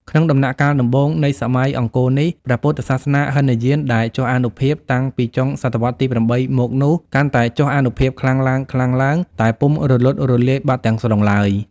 ក្នុងដំណាក់កាលដំបូងនៃសម័យអង្គរនេះ ព្រះពុទ្ធសាសនាហីនយានដែលចុះអានុភាពតាំងពីចុងសតវត្សទី ៨ មកនោះ កាន់តែចុះអានុភាពខ្លាំងឡើងៗ តែពុំរលត់រលាយបាត់ទាំងស្រុងឡើយ ។